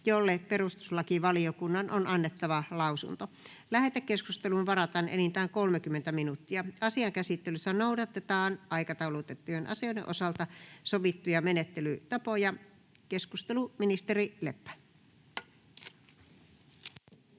jolle perustuslakivaliokunnan on annettava lausunto. Lähetekeskusteluun varataan enintään 30 minuuttia. Asian käsittelyssä noudatetaan aikataulutettujen asioiden osalta sovittuja menettelytapoja. — Ministeri Leppä. Arvoisa